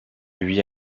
lui